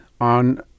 on